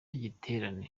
giterane